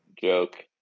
joke